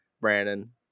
Brandon